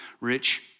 rich